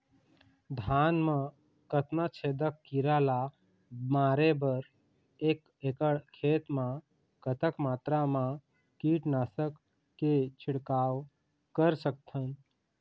धान मा कतना छेदक कीरा ला मारे बर एक एकड़ खेत मा कतक मात्रा मा कीट नासक के छिड़काव कर सकथन?